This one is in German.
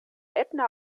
ätna